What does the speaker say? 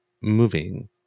moving